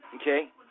okay